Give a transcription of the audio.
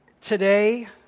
today